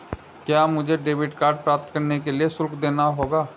क्या मुझे debit card प्राप्त करने के लिए शुल्क देना होगा?